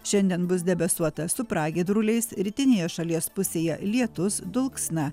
šiandien bus debesuota su pragiedruliais rytinėje šalies pusėje lietus dulksna